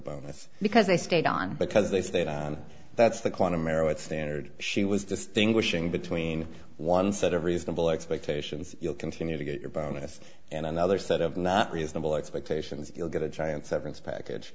bonus because they stayed on because they stayed on that's the quantum arrow at standard she was distinguishing between one set of reasonable expectations you'll continue to get your bonus and another set of not reasonable expectations you'll get a giant severance package